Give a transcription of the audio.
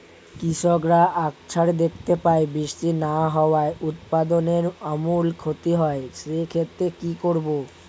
কৃষকরা আকছার দেখতে পায় বৃষ্টি না হওয়ায় উৎপাদনের আমূল ক্ষতি হয়, সে ক্ষেত্রে কি করব?